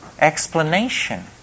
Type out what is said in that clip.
explanation